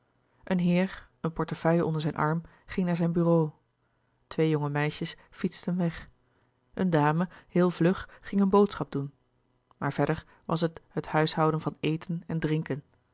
een heer een portefeuille onder zijn arm ging naar zijn bureau twee jonge meisjes fietsten weg een dame heel vlug ging een boodschap doen maar verder was het het huishouden van eten en drinken